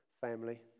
family